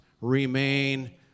remain